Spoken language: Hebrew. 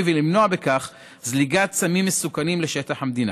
ולמנוע בכך זליגת סמים מסוכנים לשטח המדינה.